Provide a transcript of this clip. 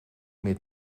meer